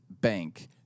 bank